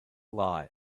lie